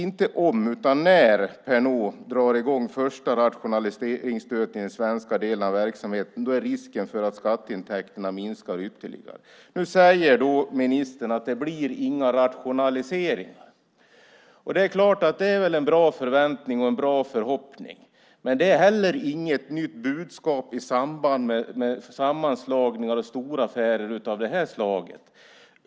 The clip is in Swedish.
Inte om utan när Pernod drar i gång den första rationaliseringsstöten i den svenska delen av verksamheten finns det risk för att skatteintäkterna minskar ytterligare. Nu säger ministern att det inte blir några rationaliseringar. Det är väl en bra förväntning och en bra förhoppning. Men det är heller inget nytt budskap i samband med sammanslagningar och storaffärer av det här slaget.